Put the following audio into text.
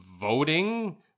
voting